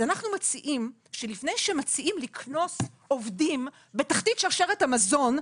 אנחנו מציעים שלפני שמציעים לקנוס עובדים בתחתית שרשרת המזון,